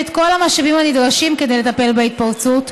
את כל המשאבים הנדרשים כדי לטפל בהתפרצות.